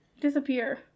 disappear